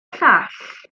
llall